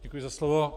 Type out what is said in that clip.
Děkuji za slovo.